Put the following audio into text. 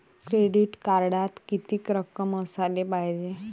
Credit कार्डात कितीक रक्कम असाले पायजे?